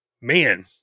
man